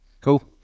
Cool